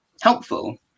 helpful